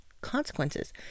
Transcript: consequences